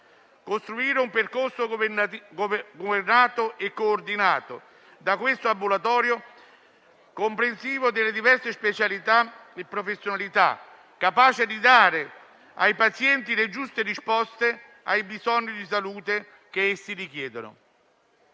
costruire un percorso governato e coordinato da questo ambulatorio, comprensivo delle diverse specialità e professionalità, capace di dare ai pazienti le giuste risposte ai bisogni di salute che essi richiedono.